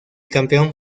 campeón